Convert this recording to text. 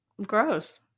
Gross